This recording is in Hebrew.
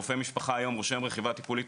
רופא משפחה היום רושם רכיבה טיפולית,